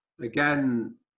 again